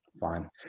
fine